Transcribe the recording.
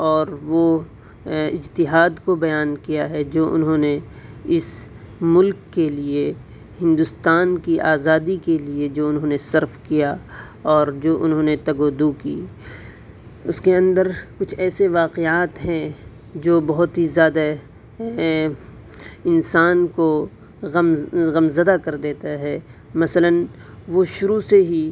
اور وہ اجتہاد کو بیان کیا ہے جو انہوں نے اس ملک کے لیے ہندوستان کی آزادی کے لیے جو انہوں نے صرف کیا اور جو انہوں نے تگ و دو کی اس کے اندر کچھ ایسے واقعات ہیں جو بہت ہی زیادہ کو غم غم زدہ کر دیتا ہے مثلاً وہ شروع سے ہی